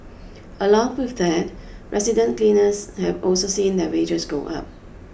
along with that resident cleaners have also seen their wages go up